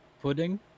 pudding